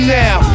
now